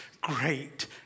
great